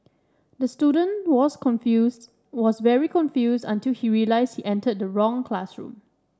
the student was confused was very confused until he realised he entered the wrong classroom